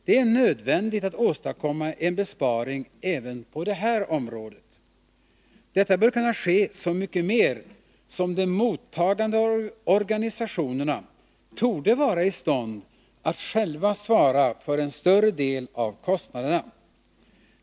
Det är nödvändigt att åstadkomma en besparing även på det här området. Detta bör kunna ske så mycket mer som de mottagande organisationerna torde vara i stånd att själva svara för en större del av kostnaderna.